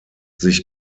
sich